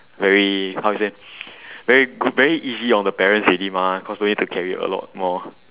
very how to say very go~ very easy on the parents already mah because no need to carry a lot more